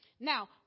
now